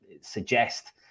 suggest